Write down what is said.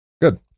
Good